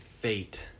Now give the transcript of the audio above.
fate